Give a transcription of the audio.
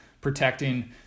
protecting